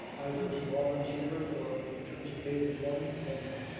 either as a volunteer or in terms of paid employment, then what?